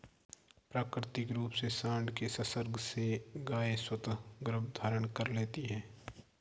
प्राकृतिक रूप से साँड के संसर्ग से गायें स्वतः गर्भधारण कर लेती हैं